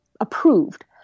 approved